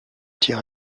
tir